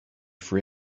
for